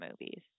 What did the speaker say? movies